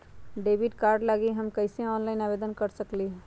Debit card लागी हम कईसे ऑनलाइन आवेदन दे सकलि ह?